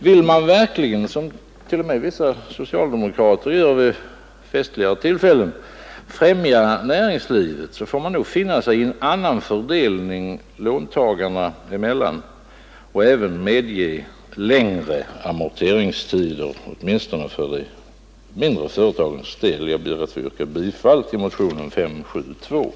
Vill man verkligen främja näringslivet, som vissa socialdemokrater vid festligare tillfällen säger sig vilja göra, får man nog finna sig i en annan fördelning mellan låntagarna och även medge längre amorteringstider åtminstone för de mindre företagen. Jag ber att få yrka bifall till motionen 572.